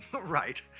Right